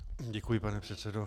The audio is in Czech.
Děkuji, pane předsedo.